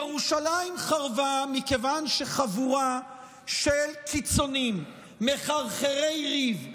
ירושלים חרבה מכיוון שחבורה של קיצוניים מחרחרי ריב,